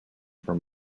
from